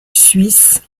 suisse